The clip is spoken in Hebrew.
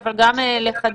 ה-"איך"